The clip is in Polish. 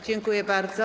Dziękuję bardzo.